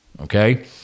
Okay